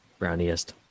Browniest